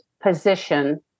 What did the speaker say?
position